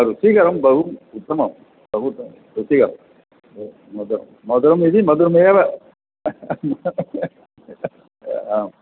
रुचिः अहं बहु उत्तमं बहु उत्तमा रुचिः मधुरं मधुरमिति मधुरमेव आं